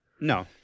No